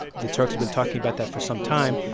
the turks have been talking about that for some time.